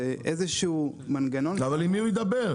זה איזה שהוא מנגנון --- אבל אם מי הוא ידבר?